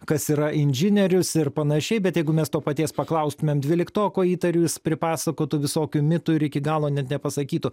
kas yra inžinierius ir panašiai bet jeigu mes to paties paklaustumėm dvyliktoko įtariu jis pripasakotų visokių mitų ir iki galo net nepasakytų